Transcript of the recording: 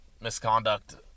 misconduct